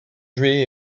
juillet